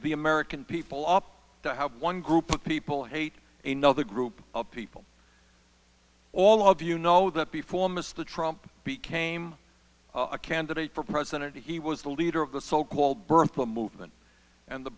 the american people up to how one group of people hate a nother group of people all of you know that before mr trump became a candidate for president he was the leader of the so called birth movement and the